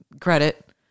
credit